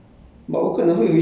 ya 这样 lor